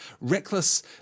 reckless